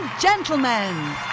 Gentlemen